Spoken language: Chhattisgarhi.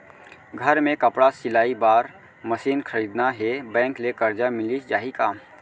घर मे कपड़ा सिलाई बार मशीन खरीदना हे बैंक ले करजा मिलिस जाही का?